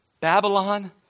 Babylon